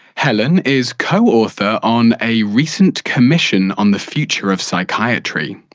helen is co-author on a recent commission on the future of psychiatry.